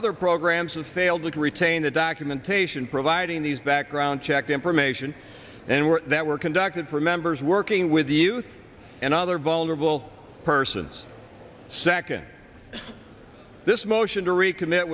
other programs that failed to retain the documentation providing these background check information and were that were conducted for members working with youth and other vulnerable persons second this motion to reco